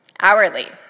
hourly